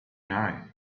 now